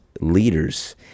leaders